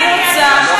2 מיליון שקל למקוואות.